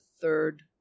third